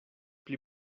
pli